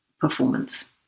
performance